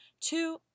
Two